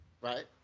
Right